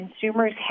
consumers